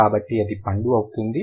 కాబట్టి అది పండు అవుతుంది